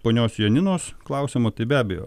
ponios janinos klausimą tai be abejo